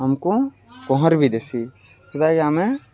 ଆମକୁ ପହଁର ବି ଦେଶସି ଯଟାକି ଆମେ